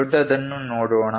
ದೊಡ್ಡದನ್ನು ನೋಡೋಣ